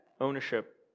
ownership